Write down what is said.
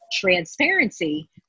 transparency